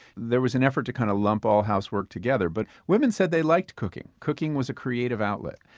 there was an effort to kind of lump all housework together, but women said they liked cooking cooking was a creative outlet.